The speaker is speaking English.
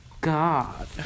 God